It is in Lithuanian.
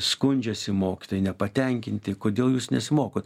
skundžiasi mokytojai nepatenkinti kodėl jūs nesimokot